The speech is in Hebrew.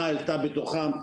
מה העלתה בתוכה,